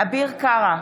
אביר קארה,